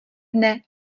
dne